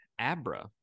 Abra